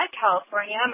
California